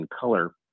color